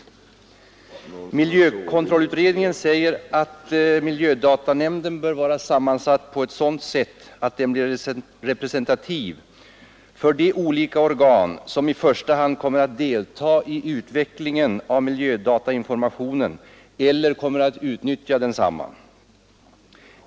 Nr 82 Miljökontrollutredningen säger att "miljödatanämnden bör våra sam Onsdagen den mansatt på eft sådant sätt att den blir representativ för de olika organ 15 maj 1974 som i första hand kommer att delta i utvecklingen av miljödatainformationen eller kommer att utnyttja densamma.